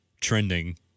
trending